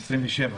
רשום אצלי.